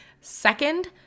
second